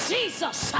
Jesus